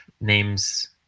names